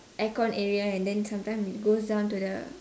aircon area and then sometime it goes down to the